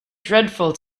dreadful